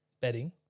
betting